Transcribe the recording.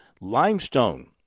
Limestone